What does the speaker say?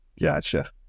Gotcha